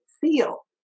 feel